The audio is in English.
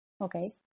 Okay